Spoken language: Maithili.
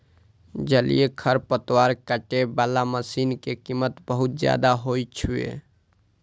जलीय खरपतवार काटै बला मशीन के कीमत बहुत जादे होइ छै